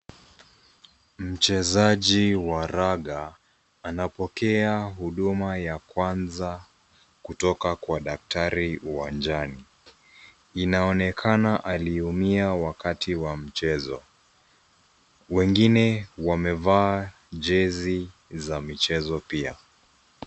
Mchezaji wa raga anapokea huduma ya kwanza kutoka kwa daktari uwanjani. Inaonekana aliumia wakati wa mchezo. Wengine wamevaa jezi za michezo pia.